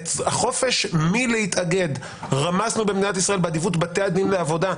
את החופש מלהתאגד רמסנו במדינת ישראל באדיבות בתי הדין לעבודה,